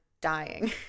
dying